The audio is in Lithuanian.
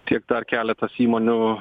tiek dar keletas įmonių